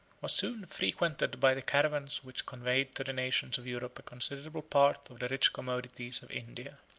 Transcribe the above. was soon frequented by the caravans which conveyed to the nations of europe a considerable part of the rich commodities of india.